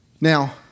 Now